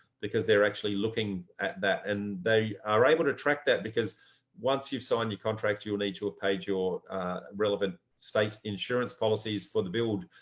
because they're actually looking at that. and they are able to track that because once you've signed so and your contract, you'll need to have paid your relevant state insurance policies for the build.